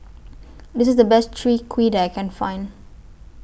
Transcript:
This IS The Best Chwee Kueh that I Can Find